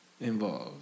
involved